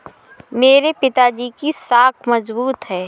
मेरे पिताजी की साख मजबूत है